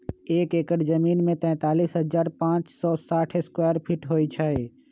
एक एकड़ जमीन में तैंतालीस हजार पांच सौ साठ स्क्वायर फीट होई छई